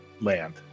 land